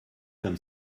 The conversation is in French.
comme